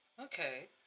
Okay